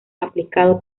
aplicado